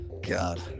god